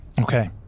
Okay